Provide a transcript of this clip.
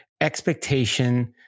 expectation